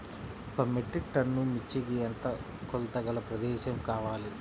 ఒక metric ton మిర్చికి ఎంత కొలతగల ప్రదేశము కావాలీ?